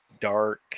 dark